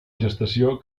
gestació